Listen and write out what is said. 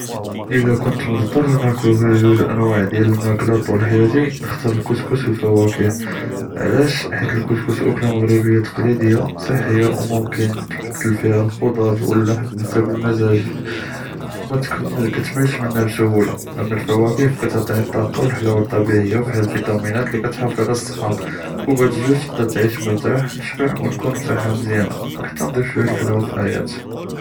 אלא כנת נפתר באש נאכל ג'וג אנואע דיאל אלמאכלה טול חיאתי, נכתאר אלכסכס ואלפוואכה, עלאש؟ חית אלכסכס אוכלה מגרביה תקלעידיה צחיה אוא מומכן תבדל פיהא אלח'דר ואללחם חסב אלמזאג', אוא מא כתמלש מנהא בסהולה, ואמא אלפוואכה כעתעִי לכ א־לטאקה ואלחלאוה טביעיה אוא פיהא אלפיטאמינט ללי כאתחאצ'ף עלא א־צחה, אוא בהדא א־ז'וז תקדר תעיש מרתאח, תשבע ונהון בצחה מזיאנה, אוא חתה נציף שוייא אלחלאוה פי חיאתי.